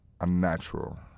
unnatural